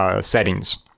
settings